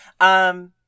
Um-